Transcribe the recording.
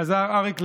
חזר אריק לנהלל,